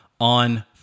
on